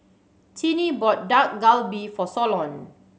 Tinnie bought Dak Galbi for Solon